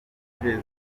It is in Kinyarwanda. zijyiye